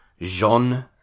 jean